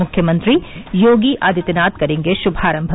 मुख्यमंत्री योगी आदित्यनाथ करेंगे शुभारम्भ